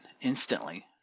instantly